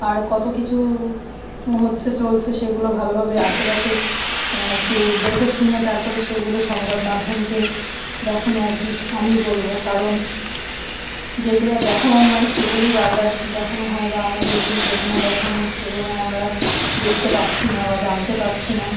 আর কত কিছু হচ্ছে চলছে সেগুলো ভালোভাবে আশেপাশের একটু দেখেশুনে তারপরে সেগুলো সংবাদ মাাধ্যমকে দেখানো উচিত আমি বলবো কারণ যেগুলো দেখানোর নয় সেগুলোই বারবার দেখানো হয় বা আমরা দেখি যেগুলো দেখানোর সেগুলো আমরা দেখতে পাচ্ছি না বা জানতে পারছি না